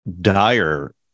dire